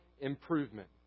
improvement